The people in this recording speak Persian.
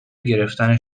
گرفتن